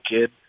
kid